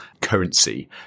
currency